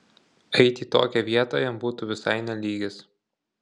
eit į tokią vietą jam būtų visai ne lygis